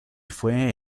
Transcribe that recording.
fue